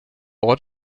ort